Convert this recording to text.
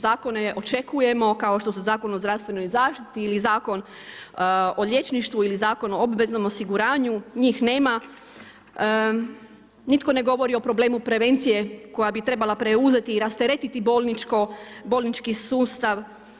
Zakone očekujemo kao što su Zakon o zdravstvenoj zaštiti ili Zakon o liječništvu ili Zakon o obveznom osiguranju njih nema, nitko ne govori o problemu prevencije koja bi trebala preuzeti i rasteretiti bolnički sustav.